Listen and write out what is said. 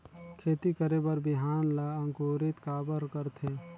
खेती करे बर बिहान ला अंकुरित काबर करथे?